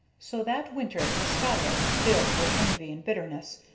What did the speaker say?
so that winter the scholar, filled with envy and bitterness,